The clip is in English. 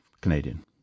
Canadian